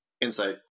Insight